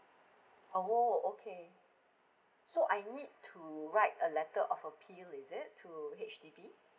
oh okay so I need to write a letter of appeal is it to H_D_B